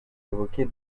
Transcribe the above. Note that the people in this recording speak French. évoquer